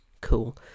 Cool